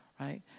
Right